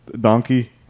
donkey